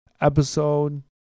episode